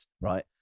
right